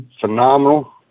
phenomenal